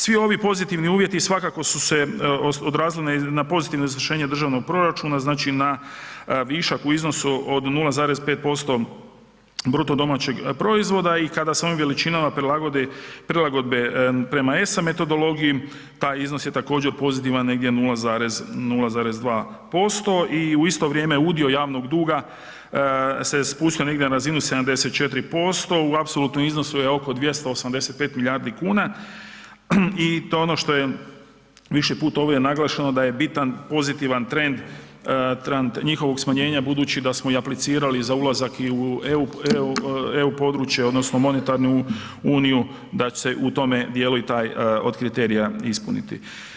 Svi ovi pozitivni uvjeti svakako su se odrazili na pozitivno izvršenje državnog proračuna, znači na višak u iznosu od 0,5% BDP-a i kada se ovim veličinama prilagode prilagodbe prema ESA metodologiji, taj iznos je također pozitivan, negdje 0,2% i u isto vrijeme udio javnog duga se je spustio negdje na razinu 74% u apsolutnom iznosu je oko 285 milijardi kuna i to je ono što je više puta ovdje naglašeno da je bitan pozitivan trend njihovog smanjenja budući da smo i aplicirali za ulazak i u EU područje, odnosno monetarnu uniju da se u tome dijelu i taj od kriterija ispuniti.